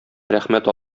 рәхмәт